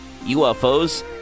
ufos